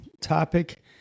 topic